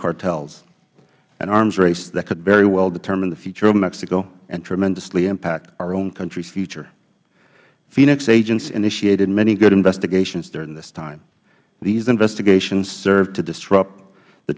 cartels an arms race that could very well determine the future of mexico and tremendously impact our own country's future phoenix agents initiated many good investigations during this time these investigations served to disrupt the